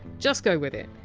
just go with it.